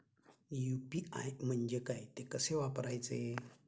UPI म्हणजे काय, ते कसे वापरायचे?